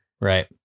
Right